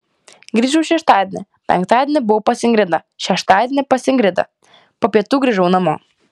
grįžau šeštadienį penktadienį buvau pas ingridą šeštadienį pas ingridą po pietų grįžau namo